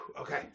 Okay